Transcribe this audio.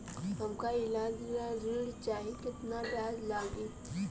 हमका ईलाज ला ऋण चाही केतना ब्याज लागी?